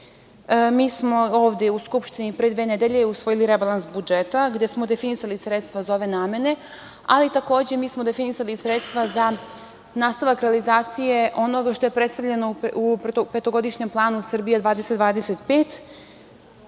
smo ovde u Skupštini pre dve nedelje usvojili rebalans budžeta, gde smo definisali sredstva za ove namene, ali takođe smo definisali i sredstva za nastavak realizacije onoga što je predstavljeno u petogodišnjem planu Srbija 2020/25,